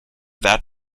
that